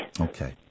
Okay